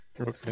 Okay